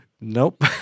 Nope